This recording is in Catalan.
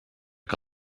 que